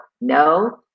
no